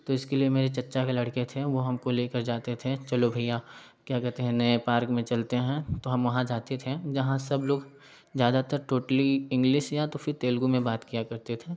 तो इसके लिए मेरे चाचा के लड़के थे वो हमको लेकर जाते थे चलो भैया क्या कहते हैं नए पार्क में चलते हैं तो हम वहाँ जाते थे जहाँ सब लोग ज़्यादातर टोटली इंग्लिस या तो फिर तेलुगु में बात किया करते थे